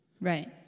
Right